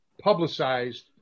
publicized